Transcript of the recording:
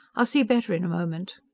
i'll see better in a moment.